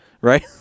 right